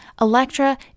Electra